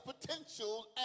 potential